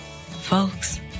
Folks